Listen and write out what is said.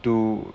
two